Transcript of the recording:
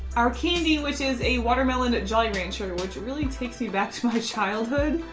our candy, which is a watermelon jolly rancher, which really takes me back to my childhood.